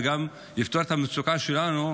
וזה גם יפתור את המצוקה שלנו,